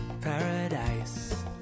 Paradise